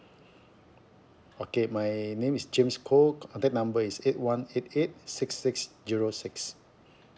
okay my name is james koh contact number is eight one eight eight six six zero six